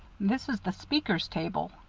this is the speakers' table,